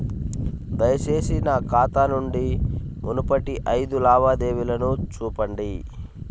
దయచేసి నా ఖాతా నుండి మునుపటి ఐదు లావాదేవీలను చూపండి